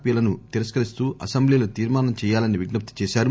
P లను తిరస్కరిస్తూ అసెంబ్లీలో తీర్మానం చేయాలని విజ్ఞప్తి చేశారు